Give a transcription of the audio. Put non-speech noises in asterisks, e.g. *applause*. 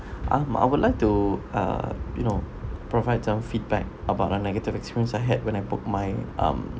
*breath* um I would like to uh you know provide some feedback about a negative experience I had when I booked my um